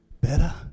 better